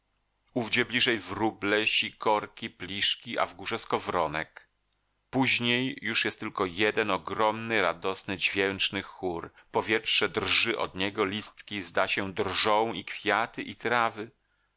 ówdzie bliżej wróble sikorki pliszki a w górze skowronek później już jest tylko jeden ogromny radosny dźwięczny chór powietrze drży od niego listki zda się drżą i kwiaty i trawy